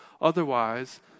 Otherwise